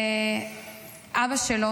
ואבא שלו,